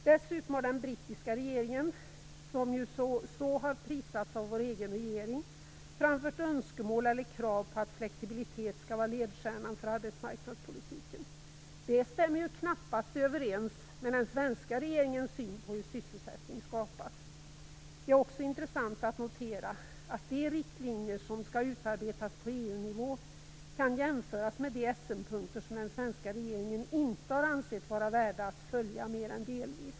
Dessutom har den brittiska regeringen, som ju har prisats så av vår egen regering, framfört önskemål eller krav på att flexibilitet skall vara ledstjärnan inom arbetsmarknadspolitiken. Det stämmer knappast överens med den svenska regeringens syn på hur sysselsättning skapas. Det är också intressant att notera att de riktlinjer som skall utarbetas på EU-nivå kan jämföras med de Essenpunkter som den svenska regeringen inte har ansett vara värda att följa mer än delvis.